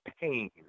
pain